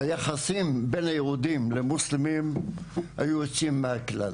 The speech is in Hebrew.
היחסים בין היהודים למוסלמים היו יוצאים המכלל.